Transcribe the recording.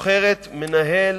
בוחרים מנהל,